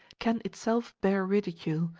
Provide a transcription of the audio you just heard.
can itself bear ridicule,